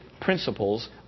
principles